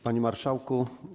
Panie Marszałku!